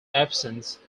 absence